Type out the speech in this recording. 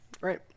right